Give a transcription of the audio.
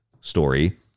story